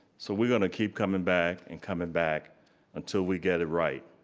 so we're gonna keep coming back and coming back until we get it right.